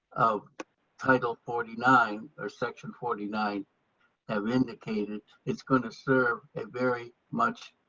oh title forty nine or section forty nine have indicated, it's going to serve a very much